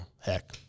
heck